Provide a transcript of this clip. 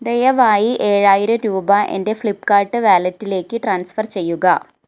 ദയവായി ഏഴായിരം രൂപ എൻ്റെ ഫ്ലിപ്പ്കാർട്ട് വാലറ്റിലേക്ക് ട്രാൻസ്ഫർ ചെയ്യുക